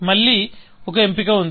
మళ్ళీ ఒక ఎంపిక ఉంది